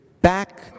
back